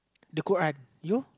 the cook act you